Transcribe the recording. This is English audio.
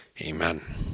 Amen